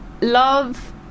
love